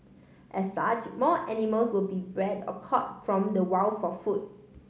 as such more animals will be bred or caught from the wild for food